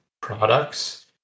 products